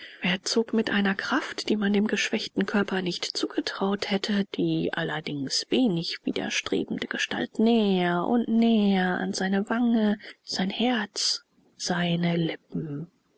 er zog mit einer kraft die man dem geschwächten körper nicht zugetraut hätte die allerdings wenig widerstrebende gestalt näher und näher an seine wange sein herz seine lippen